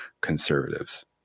conservatives